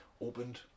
opened